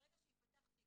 ברגע שיפתח תיק